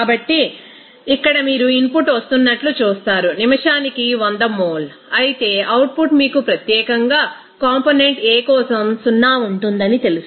కాబట్టి ఇక్కడ మీరు ఇన్పుట్ వస్తున్నట్లు చూస్తారు నిమిషానికి 100 మోల్ అయితే అవుట్పుట్ మీకు ప్రత్యేకంగా కాంపోనెంట్ A కోసం 0 ఉంటుందని తెలుసు